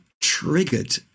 triggered